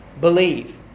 believe